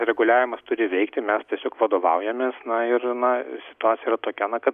reguliavimas turi veikti mes tiesiog vadovaujamės na ir na situacija yra tokia na kad